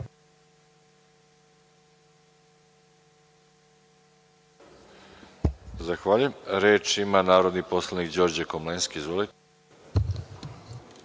Zahvaljujem. Reč ima narodni poslanik Đorđe Komlenski. Izvolite.